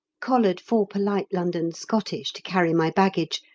collared four polite london scottish to carry my baggage,